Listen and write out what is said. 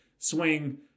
swing